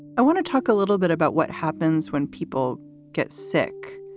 i want to talk a little bit about what happens when people get sick,